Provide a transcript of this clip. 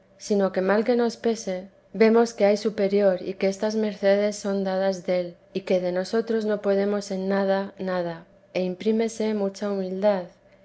sino que mal que nos pese vemos que hay superior y que estas mercedes son dadas del y que de nosotros no podemos en nada nada e imprímese mucha humildad